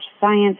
science